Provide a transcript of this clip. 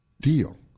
deal